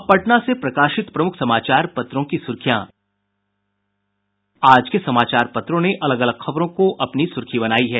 अब पटना से प्रकाशित प्रमुख समाचार पत्रों की सुर्खियां आज के समाचार पत्रों ने अलग अलग खबरों की अपनी सुर्खी बनायी है